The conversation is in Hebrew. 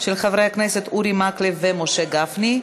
של חברי הכנסת אורי מקלב ומשה גפני.